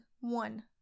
one